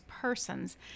persons